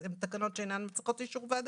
הן תקנות שאינן מצריכות אישור ועדה.